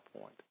point